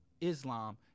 Islam